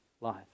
life